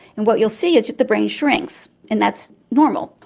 and what you'll see is that the brain shrinks and that's normal.